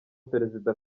perezida